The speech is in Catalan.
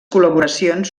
col·laboracions